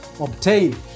Obtain